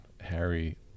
Harry